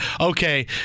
okay